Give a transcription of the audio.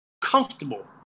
comfortable